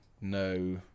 no